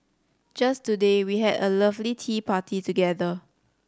just today we had a lovely tea party together